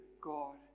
God